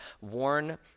worn